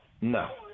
no